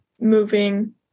moving